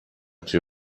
توی